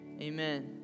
Amen